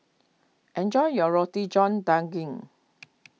enjoy your Roti John Daging